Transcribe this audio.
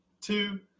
two